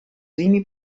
semi